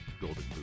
golden